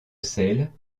celles